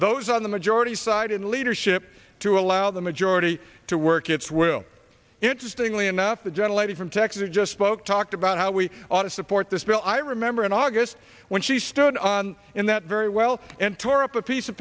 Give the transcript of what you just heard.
those on the majority side in leadership to allow the majority to work its will interestingly enough the gentle lady from texas who just spoke talked about how we ought to support this well i remember in august when she stood on in that very well and tore up a piece of